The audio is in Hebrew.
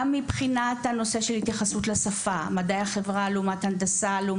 הן מבחינת התייחסות לשפה מדעי החברה אל מול הנדסה הן